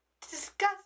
disgusting